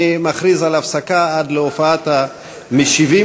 אני מכריז על הפסקה עד להופעת המשיבים.